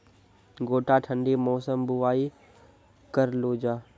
गोटा ठंडी मौसम बुवाई करऽ लो जा?